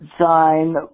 sign